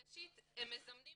ראשית הם מזמנים